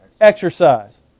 Exercise